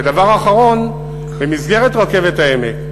ודבר אחרון, במסגרת רכבת העמק,